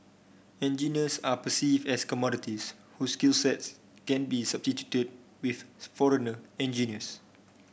engineers are perceived as commodities whose skills sets can be substituted with foreigner engineers